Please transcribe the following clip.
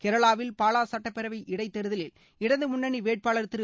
கேரளாவில் பாலா சட்டப்பேரவை இடைத்தேர்தலில் இடதுமுள்ளணி வேட்பாளர் திரு